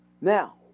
Now